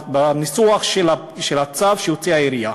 בניסוח של הצו שהוציאה העירייה,